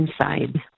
inside